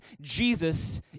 Jesus